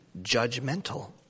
judgmental